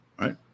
right